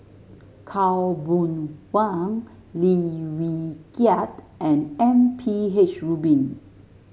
Khaw Boon Wan Lim Wee Kiak and M P H Rubin